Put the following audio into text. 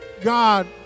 God